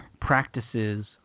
practices